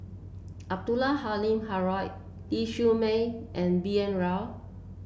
Abdul Halim Haron Lau Siew Mei and B N Rao